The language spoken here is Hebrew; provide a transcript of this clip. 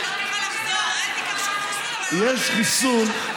יש חיסון,